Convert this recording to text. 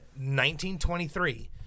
1923